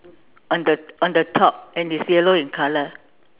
on the on the top and it's yellow in colour